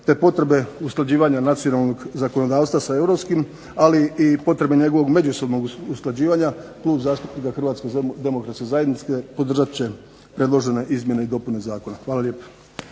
te potrebe usklađivanja nacionalnog zakonodavstva sa europskim ali i potrebe njegovog međusobnog usklađivanja Klub zastupnika HDZ-a podržat će predložene izmjene i dopune zakona. Hvala lijepo.